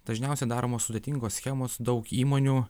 dažniausiai daromos sudėtingos schemos daug įmonių